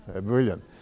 Brilliant